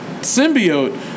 symbiote